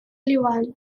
ливан